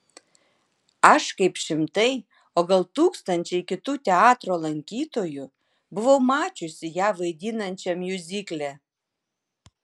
aš kaip šimtai o gal tūkstančiai kitų teatro lankytojų buvau mačiusi ją vaidinančią miuzikle